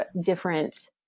different